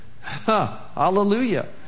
Hallelujah